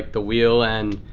the wheel? and,